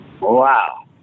Wow